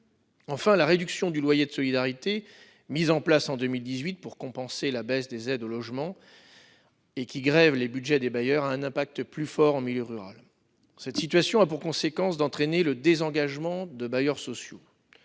Enfin la réduction du loyer de solidarité mis en place en 2018 pour compenser la baisse des aides au logement. Et qui grèvent les Budgets des bailleurs a un impact plus fort en milieu rural. Cette situation a pour conséquence d'entraîner le désengagement de bailleurs sociaux.